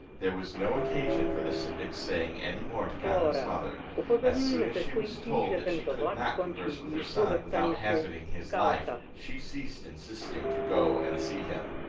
there was no occasion for the syndic's saying any more to ganem's mother as soon as she was told that she could not converse with her son, without hazarding his life, she ceased insisting to go and see him.